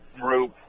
group